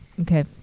okay